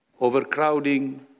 overcrowding